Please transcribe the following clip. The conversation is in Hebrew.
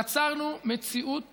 יצרנו מציאות